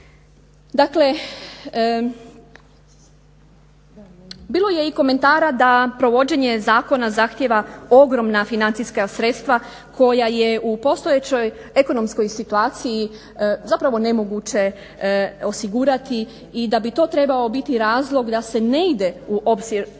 Dakle, bilo je i komentara da provođenje zakona zahtijeva ogromna financijska sredstva koja je u postojećoj ekonomskoj situaciji zapravo nemoguće osigurati i da bi to trebao biti razlog da se ne ide u opsežne